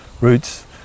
roots